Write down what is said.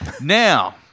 Now